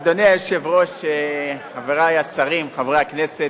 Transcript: אדוני היושב-ראש, חברי השרים, חברי הכנסת,